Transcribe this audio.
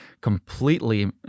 completely